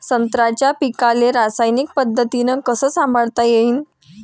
संत्र्याच्या पीकाले रासायनिक पद्धतीनं कस संभाळता येईन?